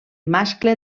mascle